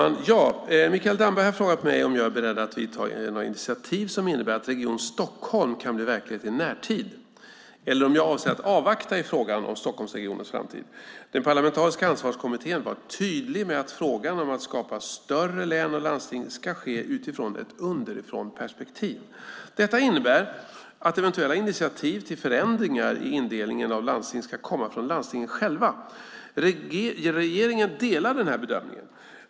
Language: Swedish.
Herr talman! Mikael Damberg har frågat mig om jag är beredd att vidta några initiativ som innebär att Region Stockholm kan bli verklighet i närtid eller om jag avser att avvakta i frågan om Stockholmsregionens framtid. Den parlamentariska Ansvarskommittén var tydlig med att frågan om att skapa större län och landsting ska ske utifrån ett underifrånperspektiv. Detta innebär att eventuella initiativ till förändringar i indelningen av landsting ska komma från landstingen själva. Regeringen delar den bedömningen.